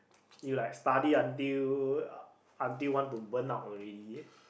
you like study until until want to burn out already